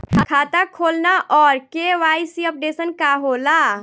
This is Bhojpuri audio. खाता खोलना और के.वाइ.सी अपडेशन का होला?